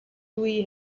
louis